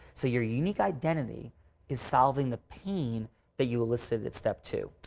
so, your unique identity is solving the pain that you elicited step two.